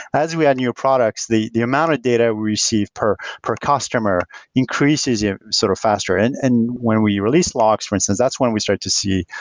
as we add new products, the the amount of data we receive per per customer increases yeah sort of faster in, and when we release logs, for instance, that's when we start to see,